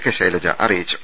K Shailaja അറിയിച്ചു